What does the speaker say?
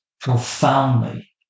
profoundly